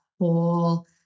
whole